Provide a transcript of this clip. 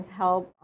help